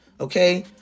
Okay